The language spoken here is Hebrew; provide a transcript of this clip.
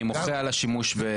אני מוחה על השימוש.